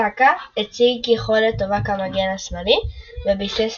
סאקה הציג יכולת טובה כמגן שמאלי וביסס